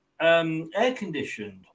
air-conditioned